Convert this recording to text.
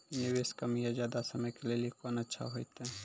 निवेश कम या ज्यादा समय के लेली कोंन अच्छा होइतै?